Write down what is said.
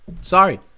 Sorry